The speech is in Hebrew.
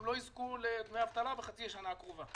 לא יזכו לדמי אבטלה בחצי השנה הקרובה.